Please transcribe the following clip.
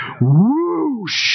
whoosh